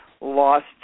lost